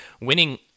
winning